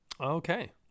Okay